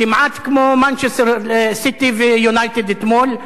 כמעט כמו "מנצ'סטר סיטי" ו"יונייטד" אתמול,